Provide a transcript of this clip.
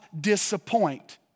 disappoint